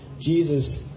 Jesus